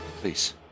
Please